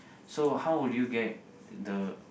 so how would you get the